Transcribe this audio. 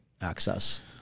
access